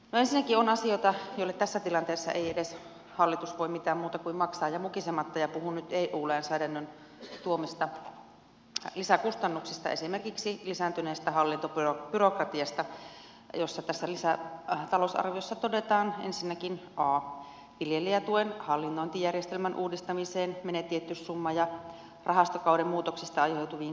ensinnäkin on asioita joille tässä tilanteessa ei edes hallitus voi mitään muuta kuin maksaa ja mukisematta ja puhun nyt eu lainsäädännön tuomista lisäkustannuksista esimerkiksi lisääntyneestä hallintobyrokratiasta josta tässä lisätalousarviossa todetaan ensinnäkin että viljelijätuen hallinnointijärjestelmän uudistamiseen menee tietty summa ja rahastokauden muutoksista aiheutuviin kuluihin